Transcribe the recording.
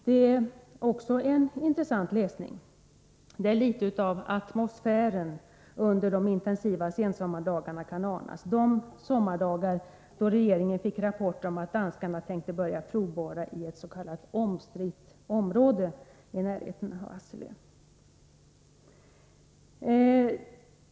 Det är också en intressant läsning där litet av atmosfären under de intensiva sensommardagarna kan anas — de sommardagar då regeringen fick rapporter om att danskarna tänkte börja provborra i ett s.k. omstritt område i närheten av Hesselö.